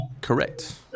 correct